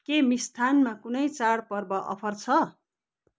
के मिष्टान्नमा कुनै चाडपर्व अफर छ